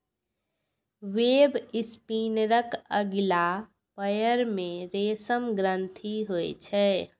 वेबस्पिनरक अगिला पयर मे रेशम ग्रंथि होइ छै